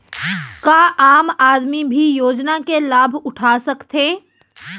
का आम आदमी भी योजना के लाभ उठा सकथे?